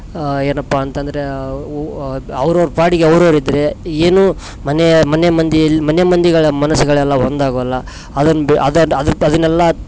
ಆ ಏನಪ್ಪ ಅಂತಂದರೆ ಅವರ ಅವರ ಪಾಡಿಗೆ ಅವರು ಅವರು ಇದ್ದರೆ ಏನು ಮನೆ ಮನೆ ಮಂದಿಯಲ್ಲ ಮನೆ ಮಂದಿಗಳ ಮನಸುಗಳೆಲ್ಲ ಒಂದಾಗೊಲ್ಲ ಅದನ್ನೆಲ್ಲ